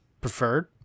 preferred